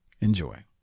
Enjoy